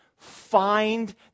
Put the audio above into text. Find